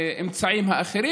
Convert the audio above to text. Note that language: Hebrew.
האמצעים האחרים,